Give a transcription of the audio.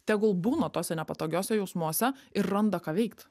tegul būna tuose nepatogiuose jausmuose ir randa ką veikt